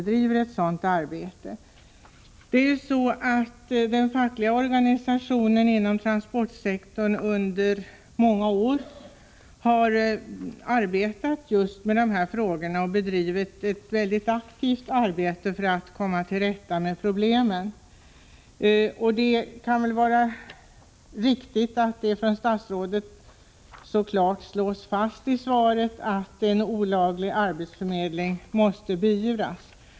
Den fackliga organisationen inom transportsektorn har under många år arbetat just med dessa frågor och bedrivit ett väldigt aktivt arbete för att komma till rätta med problemen. Det kan vara riktigt att det från statsrådets sida så klart slås fast i svaret att en olaglig arbetsförmedling måste beivras.